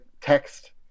text